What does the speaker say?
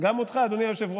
גם אותך, אדוני היושב-ראש.